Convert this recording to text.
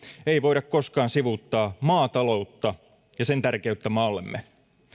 ei voida koskaan sivuuttaa maataloutta ja sen tärkeyttä maallemme